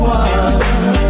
one